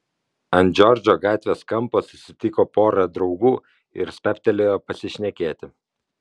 ant džordžo gatvės kampo susitiko porą draugų ir stabtelėjo pasišnekėti